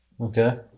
Okay